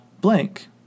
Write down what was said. blank